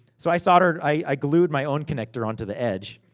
so i soldered, i glued my own connector onto the edge.